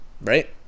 Right